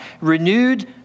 renewed